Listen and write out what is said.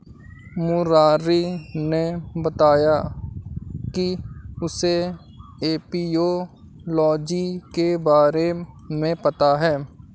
मुरारी ने बताया कि उसे एपियोलॉजी के बारे में पता है